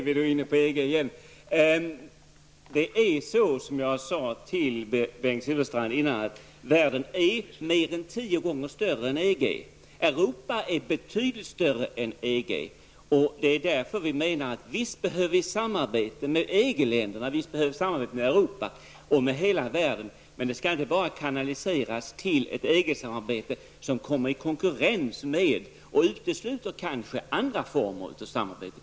Herr talman! Som jag redan sagt till Bengt Silfverstrand är världen mer än tio gånger större än EG. Europa är betydligt större än EG. Visst behöver vi samarbete med EG-länderna, med Europa och med hela världen, men samarbetet skall inte bara kanaliseras till EG och ske i sådana former att det konkurrerar med och kanske utesluter andra former av samarbete.